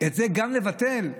גם את זה לבטל?